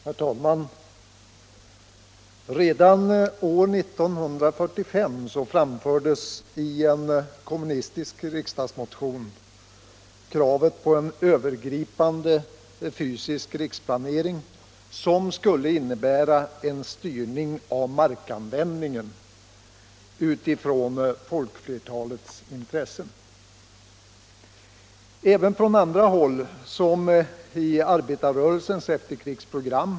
Herr talman! Redan år 1945 framfördes i en kommunistisk riksdagsmotion kravet på en övergripande fysisk riksplanering som skulle innebära en styrning av markanvändningen utifrån folkflertalets intressen. Även från andra håll, såsom i arbetarrörelsens efterkrigsprogram.